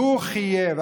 והוא חייב,